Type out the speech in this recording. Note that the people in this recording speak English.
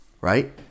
right